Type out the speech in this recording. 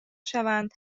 شوند